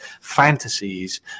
fantasies